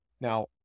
Now